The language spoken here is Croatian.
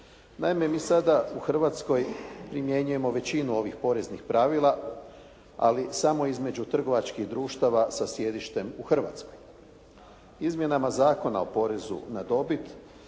Naime, mi sada u Hrvatskoj primjenjujemo većinu ovih poreznih pravila, ali samo između trgovačkih društava sa sjedištem u Hrvatskoj. Izmjenama Zakona o porezu na dobit